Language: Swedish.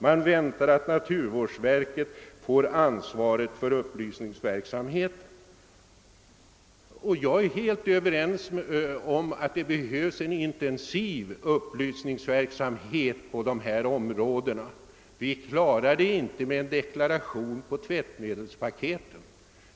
Man väntar att naturvårdsverket får ansvaret för upplysningsverksamheten.» Jag är helt ense med miljövårdsberedningen om att det behövs en intensiv upplysningsverksamhet på dessa områden. Vi klarar inte problemen genom en deklaration på tvättmedelspaketen.